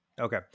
Okay